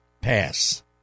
pass